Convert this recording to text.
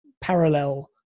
parallel